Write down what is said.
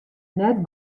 net